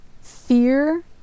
Fear